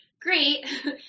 Great